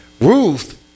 Ruth